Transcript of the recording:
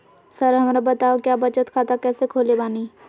Sir हमरा बताओ क्या बचत खाता कैसे खोले बानी?